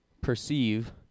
perceive